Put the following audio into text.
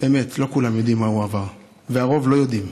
אמת, לא כולם יודעים מה הוא עבר, הרוב לא יודעים.